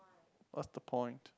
what's the point